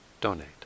donate